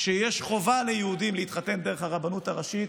כשיש חובה ליהודים להתחתן דרך הרבנות הראשית,